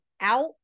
out